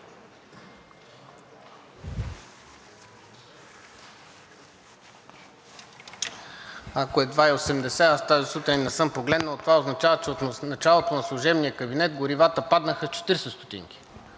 Ако е 2,80 лв., аз тази сутрин не съм погледнал, това означава, че от началото на служебния кабинет горивата паднаха с 0,40